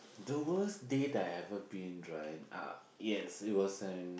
the worst day that I've ever been right uh yes it was in